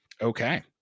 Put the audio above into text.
Okay